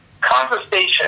conversation